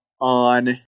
on